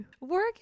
work